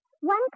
One